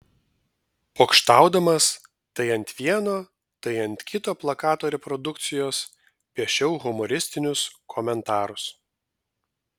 pokštaudamas tai ant vieno tai ant kito plakato reprodukcijos piešiau humoristinius komentarus